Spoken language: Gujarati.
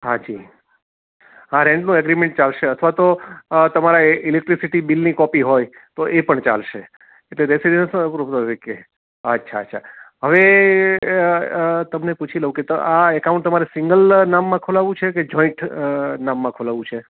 હા જી હા રેન્ટનું એગ્રીમેન્ટ ચાલશે અથવા તો તમારા ઇલેક્ટ્રિસિટી બિલની કોપી હોય તો એ પણ ચાલશે એટલે રેસિડન્સના પ્રૂફ તરીકે અચ્છા અચ્છા હવે તમને પૂછી લઉં કે આ એકાઉન્ટ તમારે સિંગલ નામમાં ખોલાવવું છે કે જોઈન્ટ નામમાં ખોલાવવું છે